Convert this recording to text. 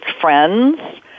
friends